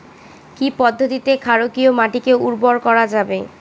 কি পদ্ধতিতে ক্ষারকীয় মাটিকে উর্বর করা যাবে?